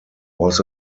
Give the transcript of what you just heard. was